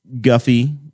Guffy